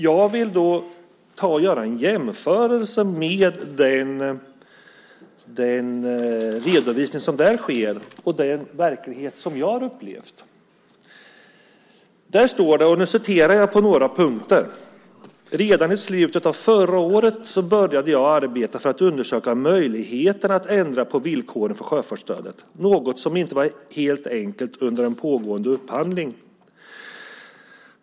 Jag vill då göra en jämförelse med den redovisning som sker där och den verklighet som jag har upplevt. I artikeln står det: "Redan i slutet av förra året började jag arbeta för att undersöka möjligheten att ändra på villkoren för sjöfartsstödet. Något som inte varit helt enkelt under en pågående upphandling."